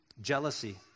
jealousy